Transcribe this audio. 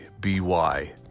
B-Y